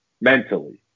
Mentally